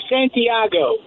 Santiago